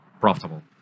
profitable